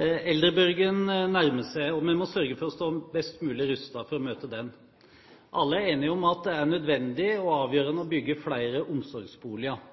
Eldrebølgen nærmer seg, og vi må sørge for å stå best mulig rustet for å møte den. Alle er enige om at det er nødvendig og avgjørende å bygge flere omsorgsboliger.